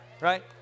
Right